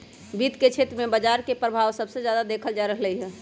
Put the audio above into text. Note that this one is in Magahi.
वित्त के क्षेत्र में बजार के परभाव सबसे जादा देखल जा रहलई ह